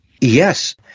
Yes